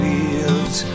Fields